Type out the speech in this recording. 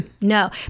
no